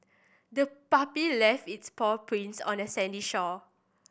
the puppy left its paw prints on the sandy shore